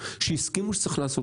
שהסכימו שצריך לעשות,